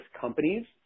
companies